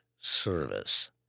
service